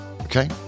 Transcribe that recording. Okay